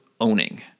owning